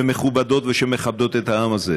ומכובדות ושמכבדות את העם הזה,